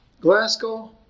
Glasgow